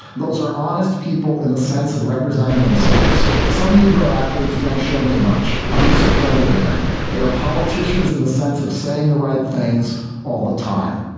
those are honest people in the sense of representing themselves, some negro athletes don't show me much. i'm disappointed in them. they are politicians in the sense of saying the right things all the time.